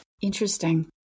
Interesting